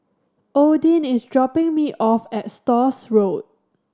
Odin is dropping me off at Stores Road